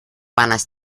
panas